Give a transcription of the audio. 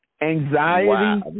anxiety